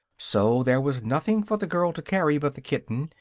so there was nothing for the girl to carry but the kitten,